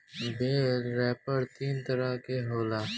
बेल wrapper तीन तरह के होला